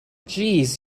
jeez